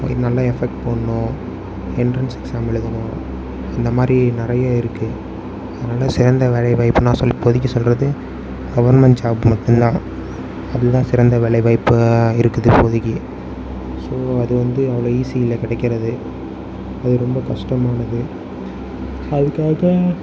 அதுக்கு நல்ல எஃபெக்ட் போடணும் என்ட்ரன்ஸ் எக்ஸாம் எழுதணும் இந்த மாதிரி நிறைய இருக்குது அதனால சிறந்த வேலைவாய்ப்புன்னு நான் சொல் இப்போதைக்கி சொல்கிறது கவர்மண்ட் ஜாப் மட்டுந்தான் அது தான் சிறந்த வேலைவாய்ப்பாக இருக்குது இப்போதைக்கி ஸோ அது வந்து அவ்வளோ ஈஸி இல்லை கிடைக்கிறது அது ரொம்ப கஷ்டமானது அதுக்காக தான்